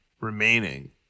remaining